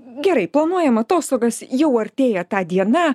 gerai planuojam atostogas jau artėja ta diena